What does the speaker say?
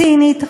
צינית,